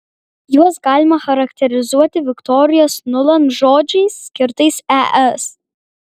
juos galima charakterizuoti viktorijos nuland žodžiais skirtais es